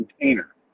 container